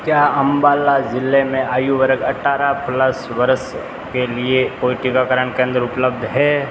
क्या अंबाला जिले में आयु वर्ग अठारह प्लस वर्ष के लिए कोई टीकाकरण केंद्र उपलब्ध हैं